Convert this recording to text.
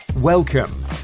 Welcome